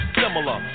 similar